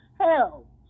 hell